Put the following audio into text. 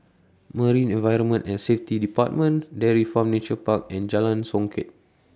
Marine Environment and Safety department Dairy Farm Nature Park and Jalan Songket